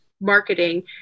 marketing